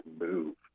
move